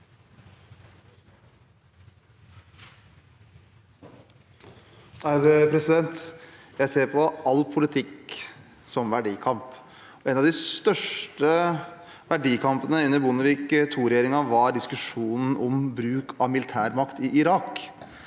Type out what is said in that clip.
Jeg ser på all politikk som verdikamp. En av de største verdikampene under Bondevik II-regjeringen var diskusjonen om bruk